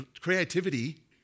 creativity